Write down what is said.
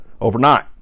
overnight